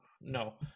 no